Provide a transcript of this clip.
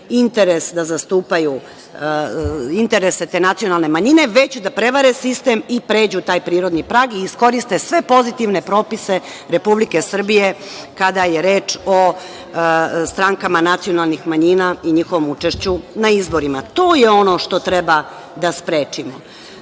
da zastupaju interese te nacionalne manjine, već da prevare sistem i pređu taj prirodni prag i iskoriste sve pozitivne propise Republike Srbije, kada je reč o strankama nacionalnih manjina i njihovom učešću na izborima. To je ono što treba da sprečimo.